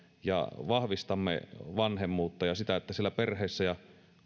ja vahvistamme vanhemmuutta ja sitä että siellä perheessä ja